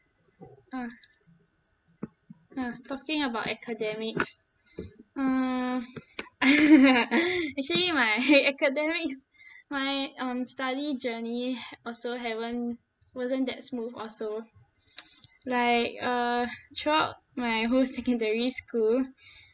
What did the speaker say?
uh uh talking about academics err actually my academics my um study journey also haven't wasn't that smooth also like uh throughout my whole secondary school